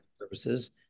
services